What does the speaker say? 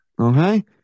Okay